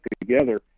together